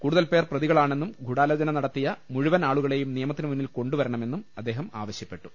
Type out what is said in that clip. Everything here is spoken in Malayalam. കൂടുതൽപേർ പ്രതികളാണെന്നും ഗൂഢാലോ ചന നടത്തിയ മുഴുവൻ ആളുകളെയും നിയമത്തിന് മുന്നിൽ കൊണ്ടുവരണമെന്നും അദ്ദേഹം ആവശ്യപ്പെട്ടു